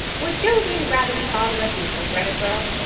would jovian gravity bother a beetle, greta girl?